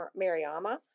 Mariama